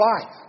life